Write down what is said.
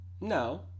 no